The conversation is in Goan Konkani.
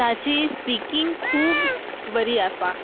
ताची स्पिकींग खूब बरी आसा